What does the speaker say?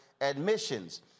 admissions